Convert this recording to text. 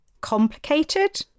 complicated